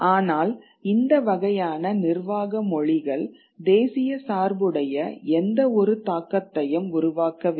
ஆனால் இந்த வகையான நிர்வாக மொழிகள் தேசிய சார்புடைய எந்தவொரு தாக்கத்தையும் உருவாக்கவில்லை